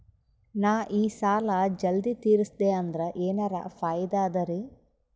ನಾ ಈ ಸಾಲಾ ಜಲ್ದಿ ತಿರಸ್ದೆ ಅಂದ್ರ ಎನರ ಫಾಯಿದಾ ಅದರಿ?